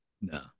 No